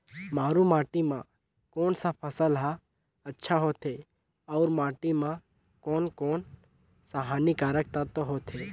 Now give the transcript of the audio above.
मारू माटी मां कोन सा फसल ह अच्छा होथे अउर माटी म कोन कोन स हानिकारक तत्व होथे?